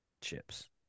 chips